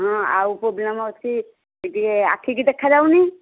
ହଁ ଆଉ ପ୍ରୋବ୍ଲେମ ଅଛି ଟିକେ ଆଖିକି ଦେଖାଯାଉନି